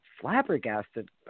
flabbergasted